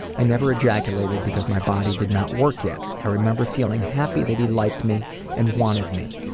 i never ejaculated because my body did not work yet. i remember feeling happy that he liked me and wanted me.